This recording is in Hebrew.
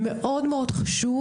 מאוד מאוד חשוב